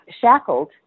shackled